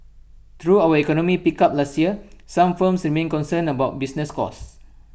though our economy picked up last year some firms remain concerned about business costs